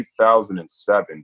2007